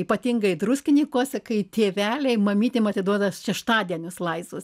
ypatingai druskinikuose kai tėveliai mamytėm atiduoda šeštadienius laisvus